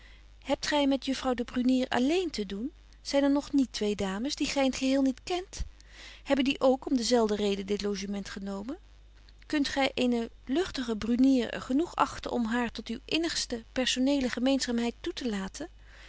hebt gy met juffrouw de brunier àlléén te doen zyn er nog niet twee dames die gy in t geheel niet kent hebben die ook om dezelfde reden dit logement genomen kunt gy eene luchtige brunier genoeg achten om haar tot uwe innigste personeele gemeenzaamheid toe te laten